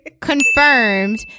confirmed